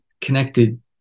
connected